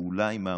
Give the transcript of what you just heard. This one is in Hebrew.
פעולה עם העמותות,